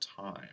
time